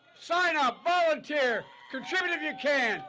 sign-up, volunteer, contribute if you can.